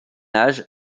âge